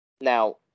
Now